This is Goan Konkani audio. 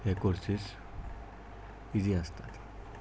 हे कोर्सीस इजी आसतात